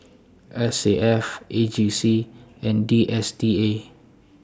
S A F A G C and D S T A